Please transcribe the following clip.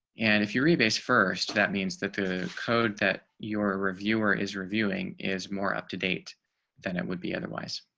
and if you're a base. first, that means that the code that your reviewer is reviewing is more up to date than it would be otherwise.